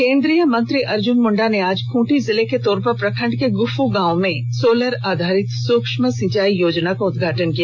केंद्रीय मंत्री अर्जुन मुंडा ने आज ख्रंटी जिले के तोरपा प्रखण्ड के गुफू गांव में सोलर आधारित सूक्ष्म सिंचाई योजना का उद्घाटन किया